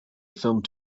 filmed